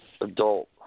Adult